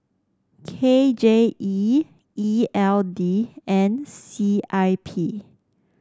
K J E E L D and C I P